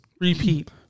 Repeat